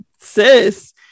sis